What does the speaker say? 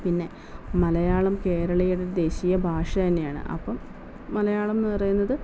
പിന്നെ മലയാളം കേരളീയരുടെ ദേശീയ ഭാഷ തന്നെയാണ് അപ്പം മലയാളംന്ന് പറയുന്നത്